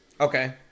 Okay